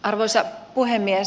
arvoisa puhemies